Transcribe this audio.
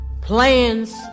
Plans